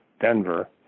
Denver